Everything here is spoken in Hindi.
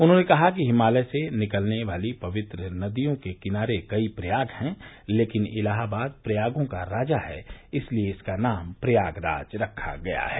उन्होंने कहा कि हिमालय से निकरे वाली पवित्र नदियों के किनारे कई प्रयाग हैं लेकिन इलाहाबाद प्रयागों का राजा है इसलिये इसका नाम प्रयागराज रखा गया है